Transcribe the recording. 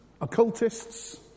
occultists